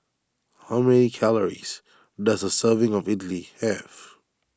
how many calories does a serving of Idili have